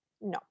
No